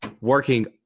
working